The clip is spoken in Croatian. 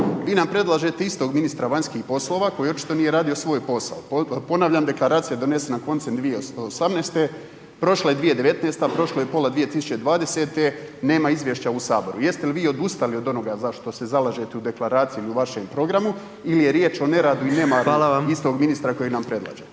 Vi nam predlažete istog ministra vanjskih poslova koji očito nije radio svoj posao, ponavljam deklaracija je donesena koncem 2018., prošla je 2019., prošlo je pola 2020. nema izvješća u Saboru. Jeste li vi odustali od onoga za što se zalažete u deklaraciji i u vašem programu ili je riječ o neradu i nemaru istog ministra kojeg nam predlažete?